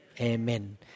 Amen